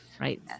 right